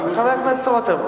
חבר הכנסת רותם,